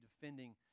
defending